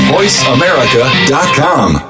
VoiceAmerica.com